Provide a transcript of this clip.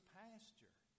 pasture